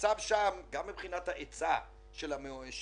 המצב שם, גם מבחינת ההיצע של מגורים